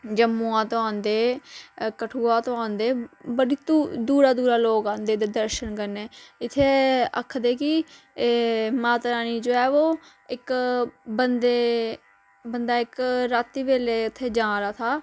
जम्मुआं तो आंदे कठुआ तो आंदे बड़ी दूरा दूरा लोग आंदे इद्धर दर्शन करने इ'त्थें आखदे की एह् माता रानी जो ऐ ओह् इक बन्दे बन्दा इक रातीं बेल्लै उ'त्थें जा रहा था